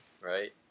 right